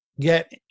get